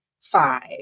Five